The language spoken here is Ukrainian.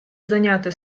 зайняти